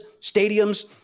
stadiums